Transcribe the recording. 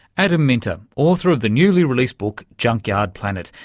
adam minter, author of the newly-released book junkyard planet,